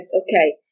okay